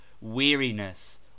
weariness